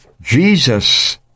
Jesus